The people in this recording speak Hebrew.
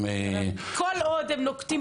כל עוד הם נוקטים